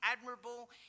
admirable